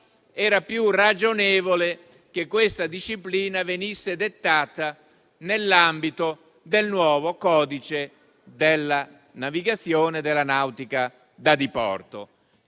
era più ragionevole che questa disciplina venisse dettata nell'ambito del nuovo codice della navigazione e della nautica da diporto.